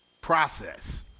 process